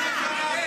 חברים,